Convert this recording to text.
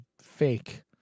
fake